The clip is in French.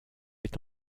est